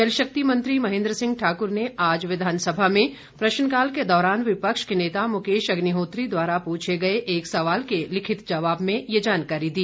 जलशक्ति मंत्री महेंद्र सिंह ठाकुर ने आज विधानसभा में प्रश्नकाल के दौरान विपक्ष के नेता मुकेश अग्निहोत्री द्वारा पूछे गए एक सवाल के लिखित जवाब में यह जानकारी दी